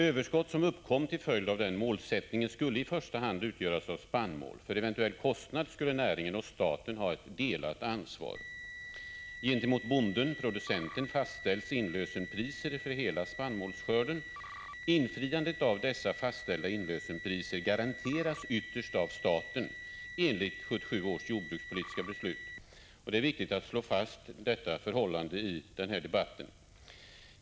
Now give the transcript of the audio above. Överskott som uppkom till följd av den målsättningen skulle i första hand utgöras av spannmål. För eventuell kostnad skulle näringen och staten ha ett delat ansvar. Gentemot bonden-producenten fastställs inlösenpriser för hela spannmålsskörden. Infriandet av dessa fastställda inlösenpriser garanteras ytterst av staten enligt 1977 års jordbrukspolitiska beslut. Det är viktigt att slå fast detta förhållande i denna debatt.